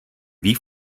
wie